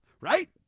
Right